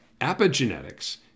epigenetics